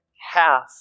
half